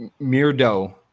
Mirdo